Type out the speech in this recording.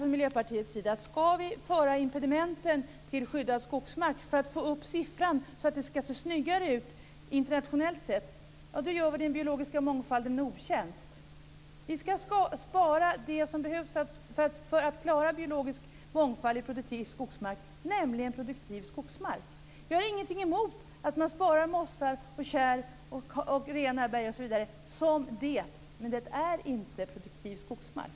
Vi i Miljöpartiet menar att om impedimenten skall föras till skyddad skogsmark, för att få upp siffrorna och för att det skall se snyggare ut internationellt sett, gör vi den biologiska mångfalden en otjänst. Vi skall spara det som behövs för att klara den biologiska mångfalden i produktiv skogsmark, nämligen produktiv skogsmark. Jag har ingenting emot att mossar, kärr, rena berg osv. sparas som just det men det är inte produktiv skogsmark.